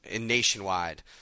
nationwide